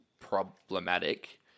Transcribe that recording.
problematic